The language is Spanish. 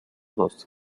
dos